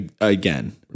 again